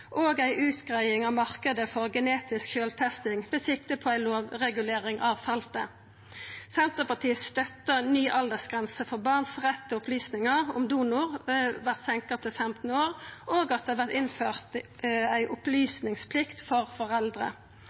og at ein får ei utgreiing av marknaden for genetisk sjølvtesting med sikte på ei lovregulering av feltet. Senterpartiet støttar ny aldersgrense for at retten barn har til opplysningar om donor, vert senka til 15 år, og at det vert innført ei opplysningsplikt for foreldre.